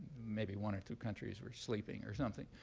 maybe one or two countries were sleeping or something.